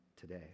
today